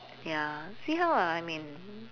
ya see how lah I mean